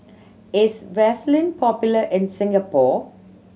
is Vaselin popular in Singapore